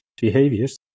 behaviors